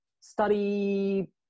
study